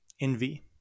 envy